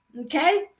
okay